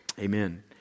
amen